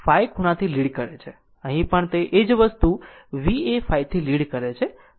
અહીં પણ તે જ વસ્તુ v એ ϕ થી લીડ કરે છે અથવા Vϕ થી લેગ કરે છે